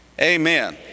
Amen